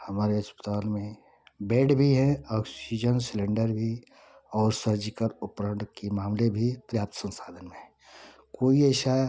हमारे अस्पताल में बेड भी हैं ऑक्सीजन सिलेंडर भी और सर्जिकल उपकरण की मामले भी पर्याप्त संसाधन हैं कोई ऐसा